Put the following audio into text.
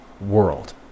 world